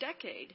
decade